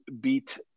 beat